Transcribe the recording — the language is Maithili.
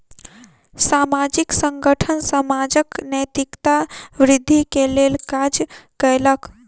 सामाजिक संगठन समाजक नैतिकता वृद्धि के लेल काज कयलक